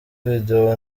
video